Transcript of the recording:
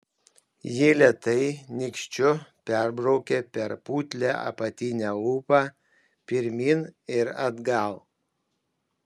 ji lėtai nykščiu perbraukė per putlią apatinę lūpą pirmyn ir atgal